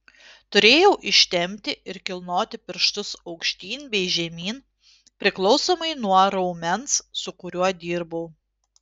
turėjau ištempti ir kilnoti pirštus aukštyn bei žemyn priklausomai nuo raumens su kuriuo dirbau